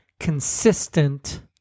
Consistent